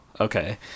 Okay